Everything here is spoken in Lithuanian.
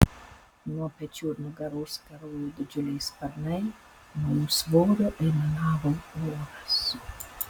nuo pečių ir nugaros karojo didžiuliai sparnai nuo jų svorio aimanavo oras